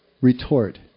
retort